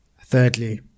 Thirdly